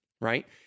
right